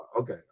okay